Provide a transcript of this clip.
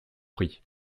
prie